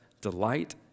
delight